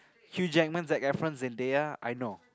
Hugh-Jackman Zac-Efron Zendaya I know